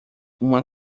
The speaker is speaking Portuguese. uma